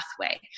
pathway